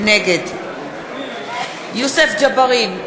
נגד יוסף ג'בארין,